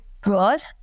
good